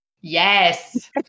Yes